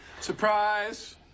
Surprise